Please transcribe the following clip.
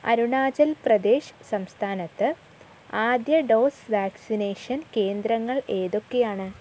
അരുണാചൽ പ്രദേശ് സംസ്ഥാനത്ത് ആദ്യ dose vaccination കേന്ദ്രങ്ങൾ ഏതൊക്കെയാണ്